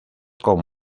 con